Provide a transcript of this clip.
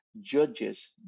judges